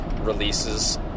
releases